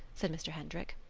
said mr. hendrick.